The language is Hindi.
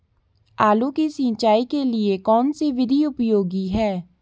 आलू की सिंचाई के लिए कौन सी विधि उपयोगी है?